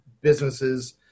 businesses